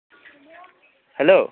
hello